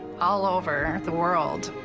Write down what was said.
all over the world.